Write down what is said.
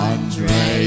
Andre